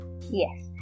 yes